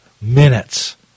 minutes